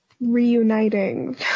Reuniting